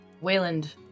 Wayland